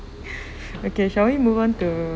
okay shall we move on to